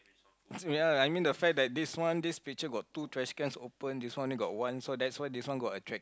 ya I mean the fact that this one this picture got two trash cans open this one only got one so that's why this one got attract